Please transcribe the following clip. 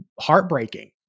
heartbreaking